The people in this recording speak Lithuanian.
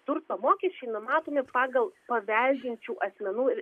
turto mokesčiai numatomi pagal paveldėjančių asmenų